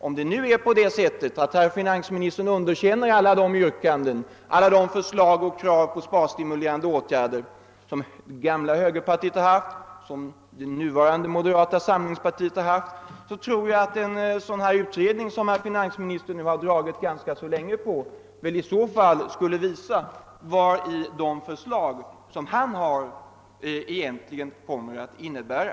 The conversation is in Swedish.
Om det nu är så att finansministern underkänner alla de yrkanden, alla de förslag och krav på sparstimulerande åtgärder som det gamla högerpartiet framfört och som också det nuvarande moderata samlingspartiet lagt fram, tror jag att den utredning som finansministern nu uppskjutit ganska länge skulle visa vad hans förslag egentligen kommer att innebära.